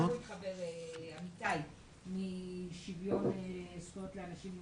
מנציבות שוויון לאנשים עם